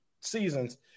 seasons